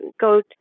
go